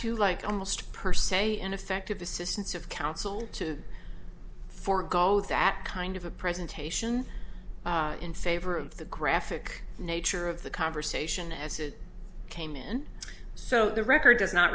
to like almost per se ineffective assistance of counsel forgot all that kind of a presentation in favor of the graphic nature of the conversation as it came in so the record does not